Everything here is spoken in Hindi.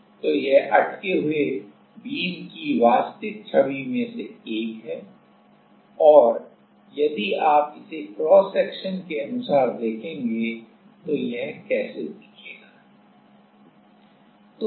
तो यह अटके हुए बीम की वास्तविक छवि में से एक है और यदि आप इसे क्रॉस सेक्शन के अनुसार देखेंगे तो यह कैसा दिखेगा